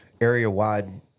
area-wide